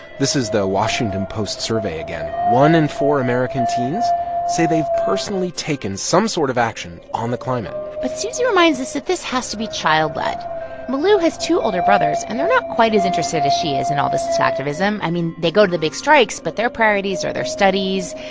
this is the washington post survey again one in four american teens say they've personally taken some sort of action on the climate but susie reminds us that this has to be child-led. milou has two older brothers, and they're not quite as interested as she is in all this this activism. i mean, they go to the big strikes, but their priorities are their studies.